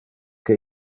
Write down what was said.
que